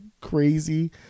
crazy